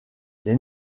les